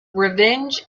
revenge